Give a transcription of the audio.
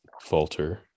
falter